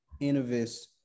Innovis